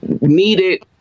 needed